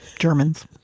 germans